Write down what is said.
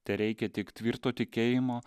tereikia tik tvirto tikėjimo